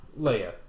Leia